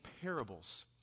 parables